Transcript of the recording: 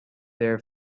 their